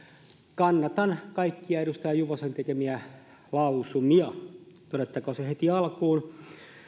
kannatan kaikkia edustaja juvosen tekemiä lausumia todettakoon se heti alkuun